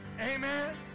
Amen